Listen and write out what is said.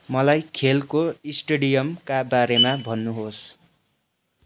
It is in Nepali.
मलाई खेलको स्टेडियमका बारेमा भन्नुहोस्